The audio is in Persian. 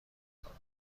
کنید